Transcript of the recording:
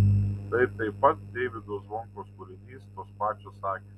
tai taip pat deivydo zvonkaus kūrinys tos pačios akys